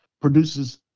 produces